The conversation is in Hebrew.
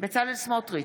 בצלאל סמוטריץ'